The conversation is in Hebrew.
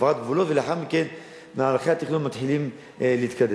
העברת גבולות ולאחר מכן מהלכי התכנון מתחילים להתקדם.